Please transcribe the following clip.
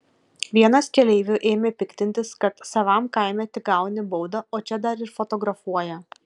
vienas keleivių ėmė piktintis kad savam kaime tik gauni baudą o čia dar ir fotografuoja